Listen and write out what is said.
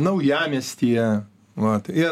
naujamiestyje vat jie